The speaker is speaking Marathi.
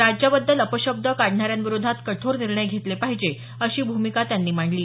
राज्याबद्दल अपशब्द काढणाऱ्यांविरोधात कठोर निर्णय घेतले पाहिजे अशी भूमिका त्यांनी मांडली